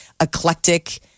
eclectic